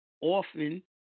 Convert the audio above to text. often